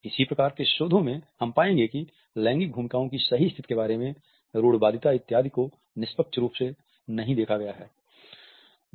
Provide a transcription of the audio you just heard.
इस प्रकार के शोधों में हम पाएंगे कि लैंगिक भूमिकाओं की सही स्थिति के बारे में रूढ़िवादिता इत्यादि को निष्पक्ष रूप से नहीं देखा गया है